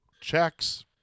checks